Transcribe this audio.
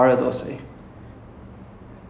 இல்ல இல்ல சாப்பிட்டது கிடையாது:illa illa saapitathu kidaiyaathu